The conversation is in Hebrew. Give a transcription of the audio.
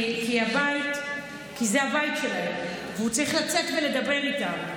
כי זה הבית שלהם, והוא צריך לצאת ולדבר איתם.